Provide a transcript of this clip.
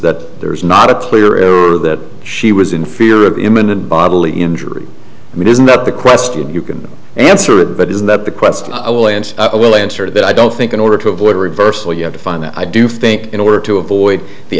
that there is not a player or that she was in fear of imminent bodily injury i mean isn't that the question you can answer it but is that the quest away and i will answer that i don't think in order to avoid reversal you have to find that i do think in order to avoid the